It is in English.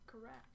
Correct